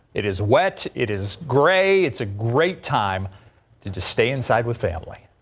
it is wet. it is great. it's a great time to to stay inside with family.